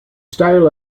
style